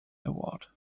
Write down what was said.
award